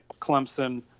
Clemson